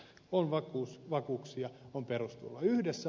eli on vakuuksia on perusturvaa